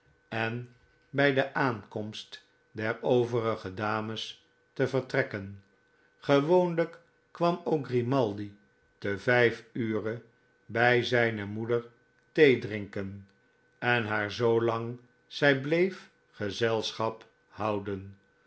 en bij de aankomst der overige dames te vertrekken gewoonlijk kwam ook grimaldi te vijf uro bij zijne moeder theedrinken en haar zoolang zij bleef gezelschap houden